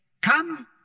come